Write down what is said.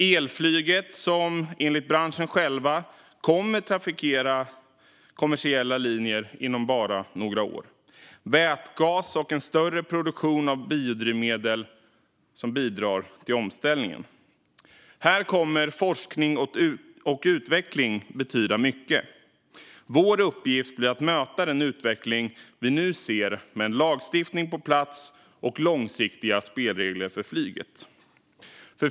Elflyget kommer enligt branschen själv att trafikera kommersiella linjer inom bara några år, och vätgas och en större produktion av biodrivmedel bidrar till omställningen. Här kommer forskning och utveckling att betyda mycket. Vår uppgift blir att möta den utveckling vi nu ser med en lagstiftning på plats och långsiktiga spelregler för flyget.